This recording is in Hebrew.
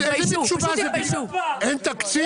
איזה מין תשובה זו, אין תקציב?